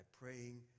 praying